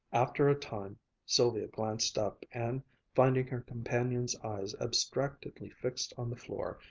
after a time sylvia glanced up, and finding her companion's eyes abstractedly fixed on the floor,